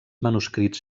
manuscrits